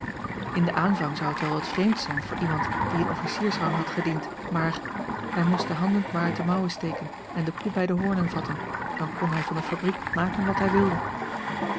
in den aanvang zou het wel wat vreemd zijn voor iemand die in officiersrang had gediend maar hij moest de handen maar uit de mouw steken en de koe bij de hoornen vatten dan kon hij van de fabriek maken wat hij wilde